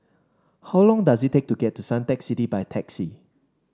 how long does it take to get to Suntec City by taxi